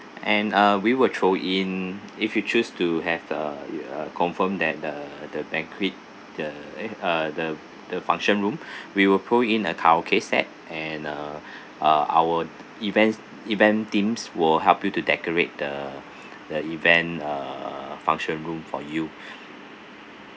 and uh we will throw in if you choose to have uh uh confirmed that the the banquet the eh uh the the function room we will put in a karaoke set and uh uh our events event teams will help you to decorate the the event err function room for you